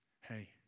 hey